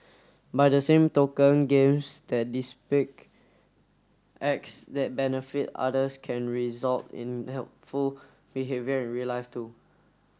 by the same token games that acts that benefit others can result in helpful behaviour in real life too